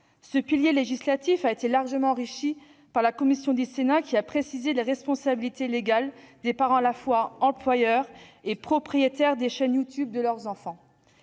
Ce pilier législatif a été largement enrichi par la commission de la culture du Sénat, qui a précisé les responsabilités légales des parents, à la fois « employeurs » et propriétaires des chaînes YouTube de leurs enfants.